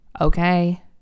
Okay